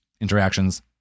interactions